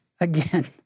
again